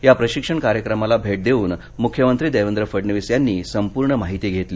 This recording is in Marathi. या प्रशिक्षण कार्यक्रमाला भे देऊन मुख्यमंत्री देवेंद्र फडणवीस यांनी संपूर्ण माहिती घेतली